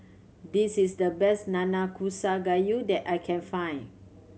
this is the best Nanakusa Gayu that I can find